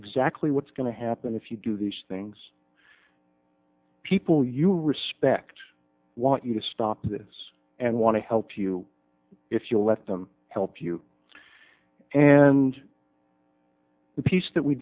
exactly what's going to happen if you do these things people you respect want you to stop this and want to help you if you let them help you and the peace that we